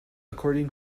according